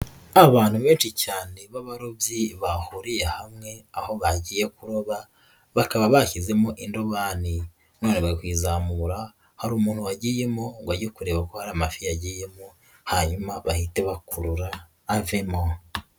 Abantu benshi cyane b'abarobyi bahuriye hamwe aho bagiye kuroba, bakaba bashyizemo indobani. Hano bari kuyizamura, hari umuntu wagiyemo ngo ajye kureba ko hari amafi yagiyemo, hanyuma bahite bakurura avemo.